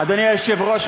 אדוני היושב-ראש,